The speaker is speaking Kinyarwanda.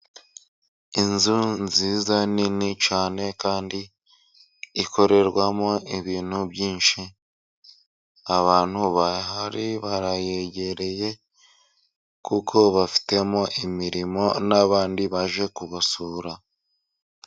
Inzu nziza nini cyane kandi ikorerwamo ibintu byinshi abantu bahari barayegereye ,kuko bafitemo imirimo n'abandi baje kubasura.